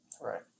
Right